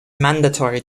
mandatory